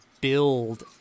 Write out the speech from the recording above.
build